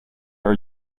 are